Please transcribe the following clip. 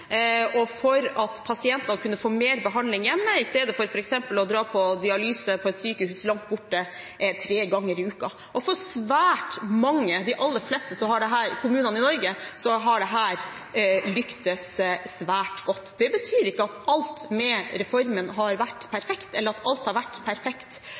og for at pasientene kan få mer behandling hjemme, i stedet for f.eks. å dra på dialyse på et sykehus langt borte tre ganger i uka. For svært mange kommuner i Norge, de aller fleste, har dette lyktes svært godt. Det betyr ikke at alt med reformen har vært perfekt, eller at alt har vært perfekt